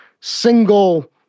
single